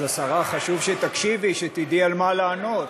אז, השרה, חשוב שתקשיבי, שתדעי על מה לענות.